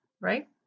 right